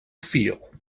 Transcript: feel